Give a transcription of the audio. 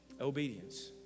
Obedience